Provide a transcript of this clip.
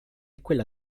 quella